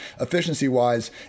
efficiency-wise